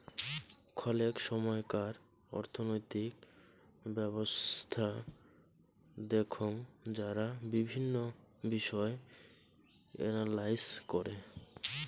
খলেক সময়কার অর্থনৈতিক ব্যবছস্থা দেখঙ যারা বিভিন্ন বিষয় এনালাইস করে